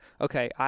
okay